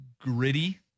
gritty